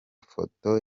foto